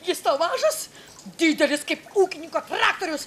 jis tau mažasdidelis kaip ūkininko traktorius